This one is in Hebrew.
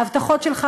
ההבטחות שלך,